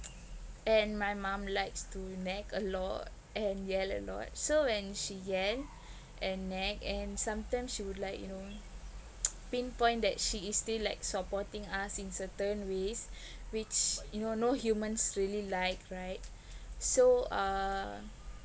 and my mum likes to nag a lot and yell a lot so when she yell and nag and sometimes she would like you know pinpoint that she is still like supporting us in certain ways which you know no humans really like right so uh